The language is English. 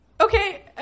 Okay